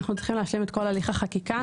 אנחנו צריכים להשלים את כל הליך החקיקה.